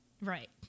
Right